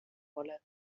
rolle